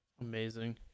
Amazing